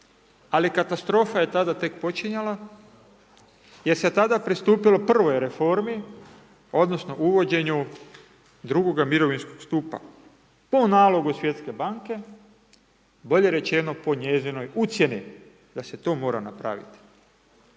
Ali katastrofa je tek tada počinjala, jer se tada pristupilo prvoj reformi, odnosno, uvođenju drugoga mirovinskoga stupa, po nalogu svjetske banke, bolje rečeno, po njezinoj ucjeni da se to mora napraviti.